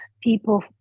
people